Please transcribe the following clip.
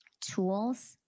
tools